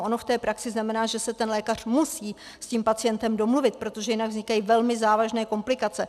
Ono v té praxi to znamená, že se lékař musí s pacientem domluvit, protože jinak vznikají velmi závažné komplikace.